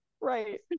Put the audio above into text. Right